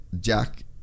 Jack